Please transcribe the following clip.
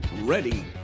ready